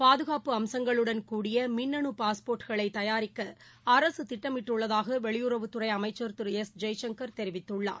பாதுகாப்பு அம்சங்களுடன் கூடிய மின்னணபாஸ்போா்ட்களைதபாரிக்க அரசுதிட்ட மிட்டுள்ளதாகவெளியுறவுத்துறை அமைச்ச் திரு எஸ் ஜெயசங்கள் தெரிவித்துள்ளார்